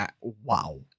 Wow